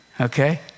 Okay